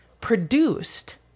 produced